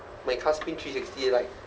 my car spin three-sixty like